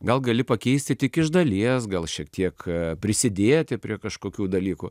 gal gali pakeisti tik iš dalies gal šiek tiek prisidėti prie kažkokių dalykų